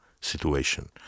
situation